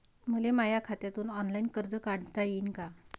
मले माया खात्यातून ऑनलाईन कर्ज काढता येईन का?